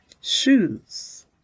shoes